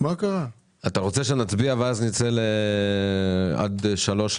(הישיבה נפסקה בשעה 16:52 ונתחדשה בשעה 16:56.) פנייה 52.003,